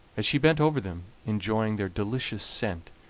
as she bent over them, enjoying their delicious scent,